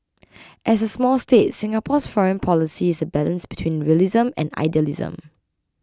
as a small state Singapore's foreign policy is a balance between realism and idealism